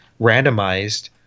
randomized